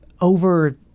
Over